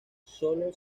sólo